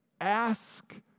ask